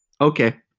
Okay